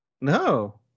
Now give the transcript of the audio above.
No